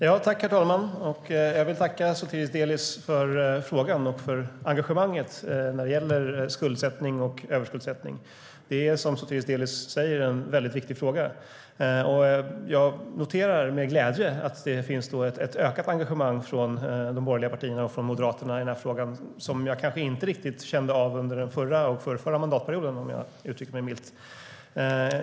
Herr talman! Jag vill tacka Sotiris Delis för interpellationen och för engagemanget när det gäller skuldsättning och överskuldsättning. Det är, som Sotiris Delis säger, en mycket viktig fråga. Jag noterar med glädje att det finns ett ökat engagemang från de borgerliga partierna och från Moderaterna för den här frågan, vilket jag kanske inte riktigt kände av under den förra och förrförra mandatperioden, om jag uttrycker mig milt.